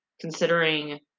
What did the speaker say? considering